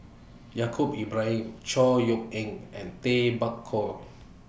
Yaacob Ibrahim Chor Yeok Eng and Tay Bak Koi